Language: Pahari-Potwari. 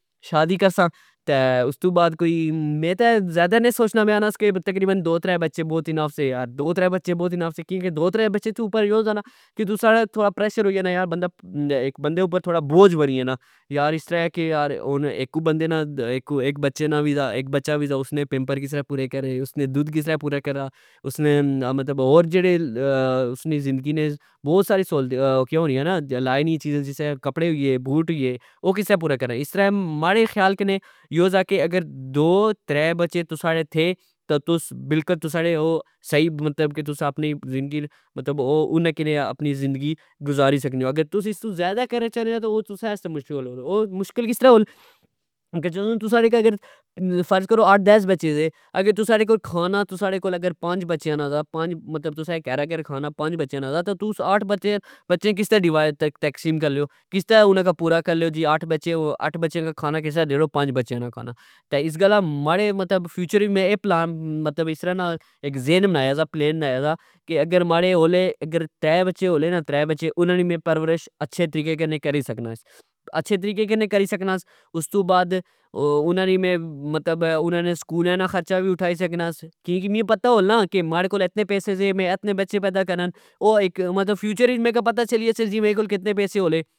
شادی کرسا استو بعد کوئی میں تہ زیدہ نہ ساچنا پیا ناس کہ تقریبن دو ترہ بچے بوت اینف سے. یار دو ترہ بچے بوت اینف سے کیا کہ دو ترہ بچے تو اپر گیو نا تہ تساں تہ تھوڑا پریشر ہوئی جانا .یار اک بندے اپر تھوڑا بوجھ بنی جانا یار اس طرع آکہ ین اک بندے نا اک بچا وی سا اس نے پیمپر کسرہ پورے کرے .اس نے دود کسرہ پورے کرے اسنے مطلب ہور جیڑے اسنی ذندگی نے بوت ساری سولتے ہونیاں نا لائے نی چیزاں مثلن کپڑے ہوئی گئے بوٹ ہوئی گئے او کسرہ پورے کرا اسرہ ماڑے خیال کہ یو سا کہ اگر دو ترہ بچے تساں نے تھے تہ تس تساں نے او سہی تسا اپنی ذندگی مطلب انا کہ آ اپنی ذندگی گزاری سکنے, او اگر تساں استو ذئدہ کرنا چاہنے او تہ او تساں واستہ مشکل ہو جانے او مشکل کس رہ ہون کہ جدو تساں ساڑے فرض کرہ اٹھ دس بچے دے اگر تسادے کولوں کھانا تساں دے کول پنج بچیا دا سا تسا اٹھ بچے کس ترہ ڈیوئڈ تقسیم کرن لے او کس ترہ انا نا پورا کرن لے. او جی اٹھ بچے وہ اٹھ بچیا نا کھانا کسرہ دین لگے او پنج بچیا نا کھانا اس گلہ مطلب مارے فیوچروچ اے پلان اس طرع نا اک ذہن بنایا سا پلین بنایا سا اگر مارے ہون لگے اگر ترہ بچے ترہ بچے انا نی میں پرورش اچھے طریقے نی کری سکنا, اچھے طریقے نی کری سکناس استو بعد انا نی میں مطلب انے نے سکولہ نا وی خرچا اٹھائی سکناس کیاکہ مکی پتا ہانا ماڑے کول اتنے پیسے سے میں اتنے بچے پیدا کرا ,او اک مطلب فیوچر اچ مکی پتا چلی گچہ میرے کول کتنے پیسے ہون لے